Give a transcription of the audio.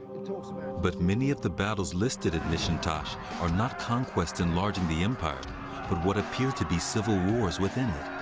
but many of the battles listed at nishantas are not conquests enlarging the empire but what appear to be civil wars within it.